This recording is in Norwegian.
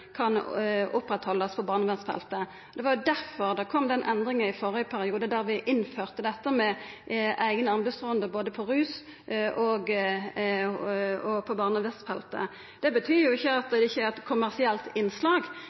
kan oppretthaldast på barnevernsfeltet. Det var jo derfor den endringa kom i førre periode då vi innførte dette med eigne anbodsrundar både på rus- og barnevernsfeltet. Det betyr jo ikkje at det ikkje er eit kommersielt innslag.